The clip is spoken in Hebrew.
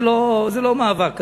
זה לא מאבק כזה.